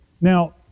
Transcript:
Now